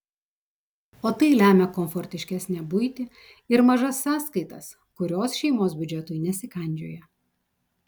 o tai lemia komfortiškesnę buitį ir mažas sąskaitas kurios šeimos biudžetui nesikandžioja